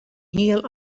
hiel